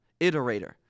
iterator